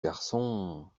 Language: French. garçons